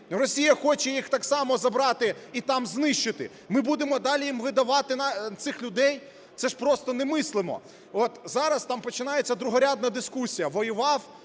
Росія хоче їх так само забрати і там знищити. Ми будемо далі їм видавати цих людей? Це ж просто немислимо! От зараз там починається другорядна дискусія: воював